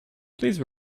please